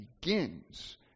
begins